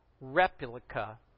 replica